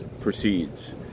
proceeds